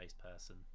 person